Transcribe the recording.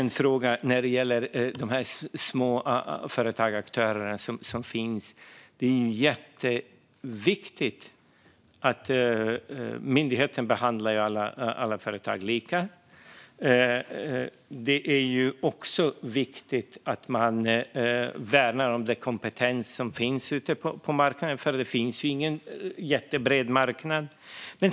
När det gäller de småföretagaraktörer som finns är det jätteviktigt att myndigheten behandlar alla företag lika. Det är också viktigt att man värnar den kompetens som finns ute på marknaden, för det är ju ingen jättebred marknad.